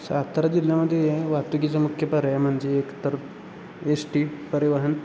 सातारा जिल्ह्यामध्ये वाहतुकीचं मुख्य पर्याय म्हणजे एक तर एश्टी परिवहन